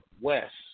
West